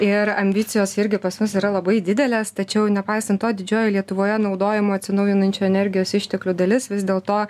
ir ambicijos irgi pas mus yra labai didelės tačiau nepaisant to didžioji lietuvoje naudojamų atsinaujinančių energijos išteklių dalis vis dėl to